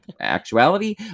actuality